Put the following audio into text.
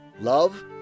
love